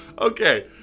Okay